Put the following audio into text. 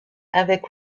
avec